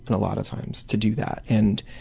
and a lot of times to do that. and